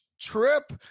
trip